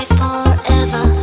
forever